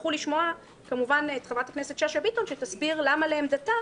תצטרכו לשמוע כמובן את חברת הכנסת שאשא ביטון שתסביר למה לעמדתה